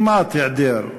כמעט היעדר,